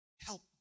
help